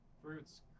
Fruits